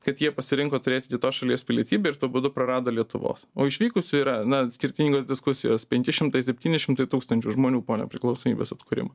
kad jie pasirinko turėti kitos šalies pilietybę ir tuo būdu prarado lietuvos o išvykusių yra na skirtingos diskusijos penki šimtai septyni šimtai tūkstančių žmonių po nepriklausomybės atkūrimo